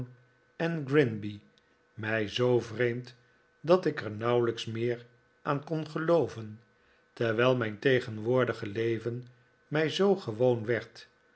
en grinby mij zoo vreemd dat ik er nauwelijks meer aan kon gelooven terwijl mijn tegen woordige leven mij zoo gewoon werd